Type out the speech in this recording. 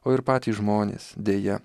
o ir patys žmonės deja